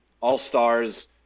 all-stars